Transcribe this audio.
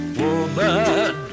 woman